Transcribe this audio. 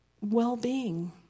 well-being